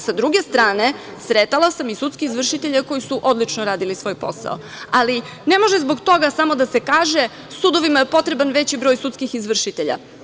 Sa druge strane, sretala sam i sudske izvršitelje koji su odlično radili svoj posao, ali ne može zbog toga samo da se kaže - sudovima je potreban veći broj sudskih izvršitelja.